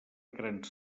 grans